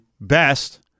best